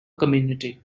community